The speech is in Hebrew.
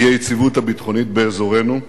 אי-היציבות הביטחונית באזורנו,